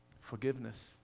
forgiveness